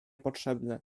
potrzebne